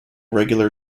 regular